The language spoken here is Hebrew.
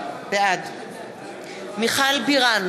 בעד מיכל בירן,